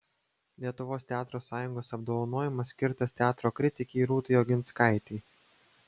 lietuvos teatro sąjungos apdovanojimas skirtas teatro kritikei rūtai oginskaitei